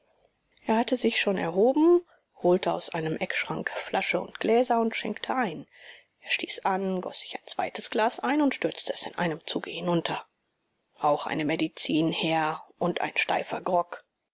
er hatte sich schon erhoben holte aus einem eckschrank flasche und gläser und schenkte ein er stieß an goß sich ein zweites glas ein und stürzte es in einem zuge hinunter auch eine medizin herr und ein steifer grog